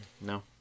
no